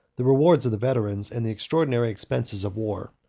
the rewards of the veterans, and the extra-ordinary expenses of war.